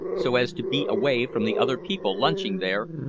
so as to be away from the other people lunching there,